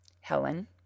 Helen